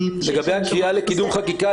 לגבי הקריאה לקידום חקיקה,